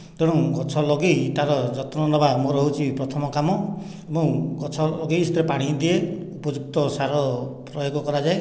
ତେଣୁ ଗଛ ଲଗାଇ ତା'ର ଯତ୍ନ ନେବା ମୋର ହେଉଛି ପ୍ରଥମ କାମ ମୁଁ ଗଛ ଲଗାଇ ସେଥିରେ ପାଣି ଦିଏ ଉପଯୁକ୍ତ ସାର ପ୍ରୟୋଗ କରାଯାଏ